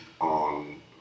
on